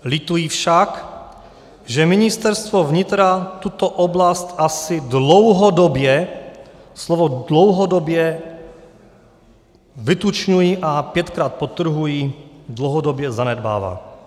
Lituji však, že Ministerstvo vnitra tuto oblast asi dlouhodobě slovo dlouhodobě vytučňuji a pětkrát podtrhuji dlouhodobě zanedbává.